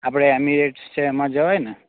આપણે એમિરેટ્સ છે એમાં જવાયને